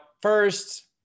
first